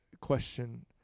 question